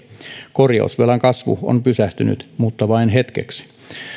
korjausvelan kasvu on pysähtynyt mutta vain hetkeksi